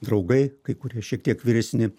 draugai kai kurie šiek tiek vyresni